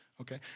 Okay